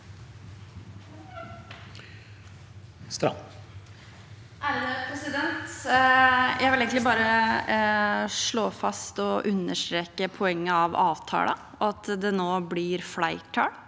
Jeg vil egentlig bare slå fast og understreke poenget med avtalen – at det nå blir flertall